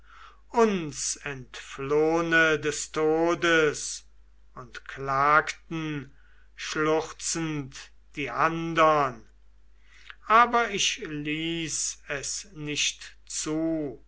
uns entflohne des todes und klagten schluchzend die andern aber ich ließ es nicht zu